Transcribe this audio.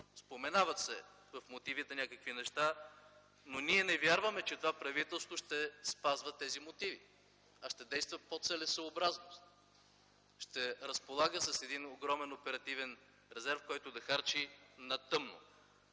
Споменават се в мотивите някакви неща, но ние не вярваме, че това правителство ще спазва тези мотиви, а ще действа по целесъобразност, ще разполага с един огромен оперативен резерв, който да харчи на тъмно.